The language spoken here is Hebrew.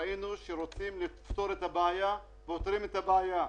ראינו שכאשר רוצים לפתור את הבעיה פותרים את הבעיה.